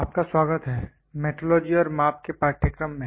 आपका स्वागत है मेट्रोलॉजी और माप के पाठ्यक्रम में